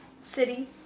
City